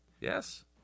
Yes